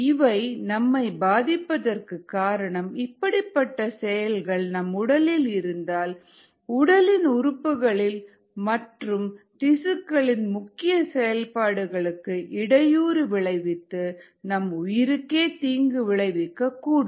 இவை நம்மை பாதிப்பதற்கு காரணம் இப்படிப்பட்ட செயல்கள் நம் உடலில் இருந்தால் உடலின் உறுப்புகளின் மற்றும் திசுக்களின் முக்கிய செயல்பாடுகளுக்கு இடையூறு விளைவித்து நம் உயிருக்கே தீங்கு விளைவிக்கக் கூடும்